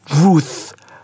Ruth